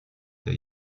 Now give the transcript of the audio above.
der